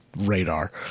radar